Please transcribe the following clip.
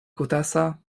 kutasa